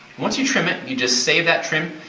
once you trim it, you just save that trim,